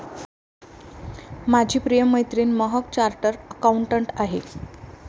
माझी प्रिय मैत्रीण महक चार्टर्ड अकाउंटंट आहे